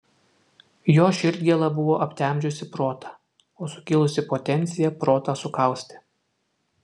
jo širdgėla buvo aptemdžiusi protą o sukilusi potencija protą sukaustė